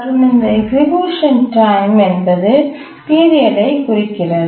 மற்றும் இந்த execution time என்பது பீரியட் ஐ குறிக்கிறது